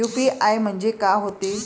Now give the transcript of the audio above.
UPI म्हणजे का होते?